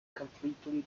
completely